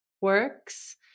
works